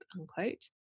unquote